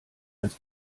als